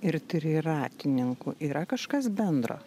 ir triratininkų yra kažkas bendro